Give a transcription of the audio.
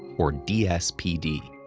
or dspd.